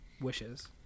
wishes